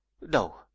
no